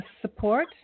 support